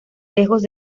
lejos